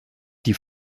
die